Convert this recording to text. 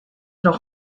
noch